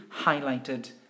highlighted